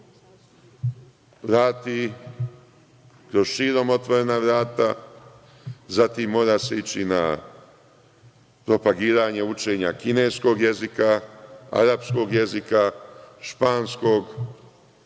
vrati kroz širom otvorena vrata, zatim mora se ići na propagiranje učenja kineskog jezika, arapskog jezika, španskog,